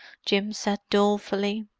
jim said dolefully.